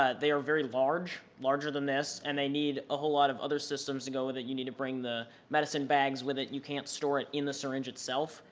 ah they are very large, larger than this and they need a whole lot of other systems to go with it. you need to bring the medicine bags with it. you can't store it in the syringe itself,